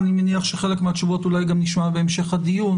אני מניח שחלק מהתשובות אולי גם נשמע בהמשך הדיון,